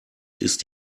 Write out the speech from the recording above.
ist